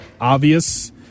obvious